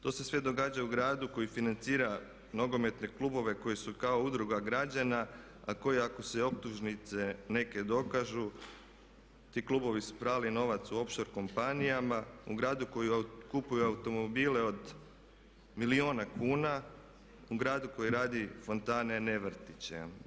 To se sve događa u gradu koji financira nogometne klubove koji su kao udruga građana a koji ako se optužnice neke dokažu ti klubovi su prali novac u of shore companyama, u gradu koji kupuje automobile od milijuna kuna, u gradu koji radi fontane a ne vrtiće.